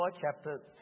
chapter